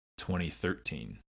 2013